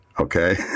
Okay